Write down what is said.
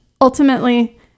Ultimately